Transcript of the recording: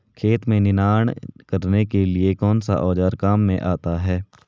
खेत में निनाण करने के लिए कौनसा औज़ार काम में आता है?